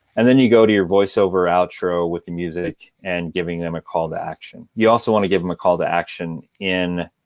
and then you go to your voiceover outro with the music and giving them a call to action. you also want to give him a call to action in